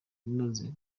inoze